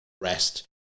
rest